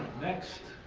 next